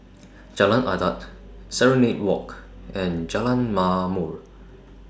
Jalan Adat Serenade Walk and Jalan Ma'mor